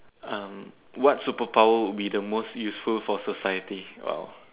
um what superpower would be the most useful for society !wow!